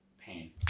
pain